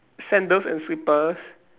sandals and slippers